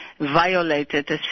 violated